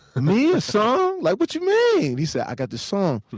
me? a song? like what you mean? he said, i got this song.